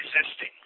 existing